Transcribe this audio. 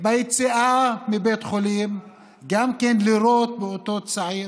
ביציאה מבית חולים גם כן לירות באותו צעיר,